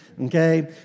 Okay